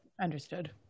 Understood